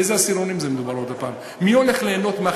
על איזה עשירונים מדובר, עוד הפעם?